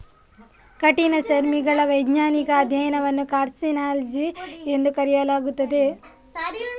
ಕಠಿಣಚರ್ಮಿಗಳ ವೈಜ್ಞಾನಿಕ ಅಧ್ಯಯನವನ್ನು ಕಾರ್ಸಿನಾಲಜಿ ಎಂದು ಕರೆಯಲಾಗುತ್ತದೆ